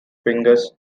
fingers